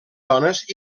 dones